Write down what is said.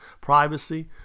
privacy